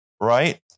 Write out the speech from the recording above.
right